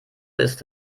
ist